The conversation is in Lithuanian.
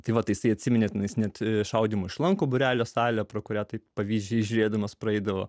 tai va taisai atsiminėte nes net šaudymo iš lanko būrelio salę pro kurią taip pavydžiai žiūrėdamas praeidavo